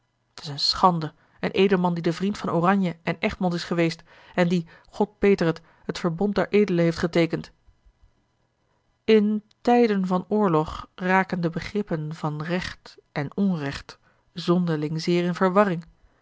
t is een schande een edelman die de vriend van oranje en egmond is geweest en die god beter t het verbond der edelen heeft geteekend in tijden van oorlog raken de begrippen van recht en onrecht zonderling zeer in verwarring